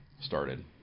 started